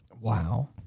Wow